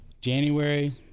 January